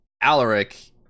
Alaric